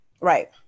Right